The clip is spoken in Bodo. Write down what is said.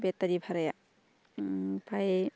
बेटारि भाराया ओमफ्राय